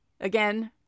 again